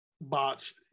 botched